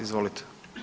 Izvolite.